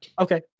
Okay